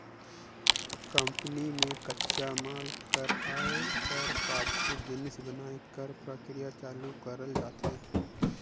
company में कच्चा माल कर आए कर पाछू जिनिस बनाए कर परकिरिया चालू करल जाथे